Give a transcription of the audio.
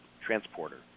transporter